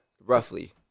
roughly